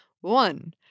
One